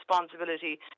responsibility